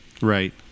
Right